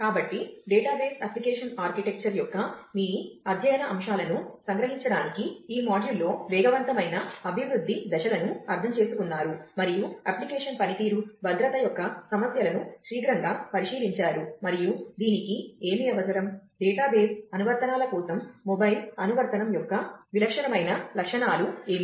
కాబట్టి database application architecture అనువర్తనాల కోసం మొబైల్ అనువర్తనం యొక్క విలక్షణమైన లక్షణాలు ఏమిటి